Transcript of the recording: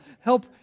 help